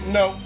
no